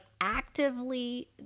actively